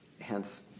hence